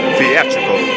Theatrical